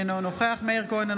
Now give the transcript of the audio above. אינו נוכח מאיר כהן,